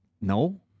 No